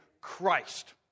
Christ